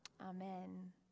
Amen